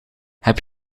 heb